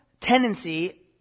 tendency